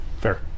Fair